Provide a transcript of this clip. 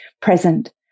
present